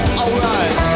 alright